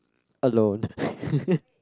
alone